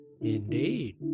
Indeed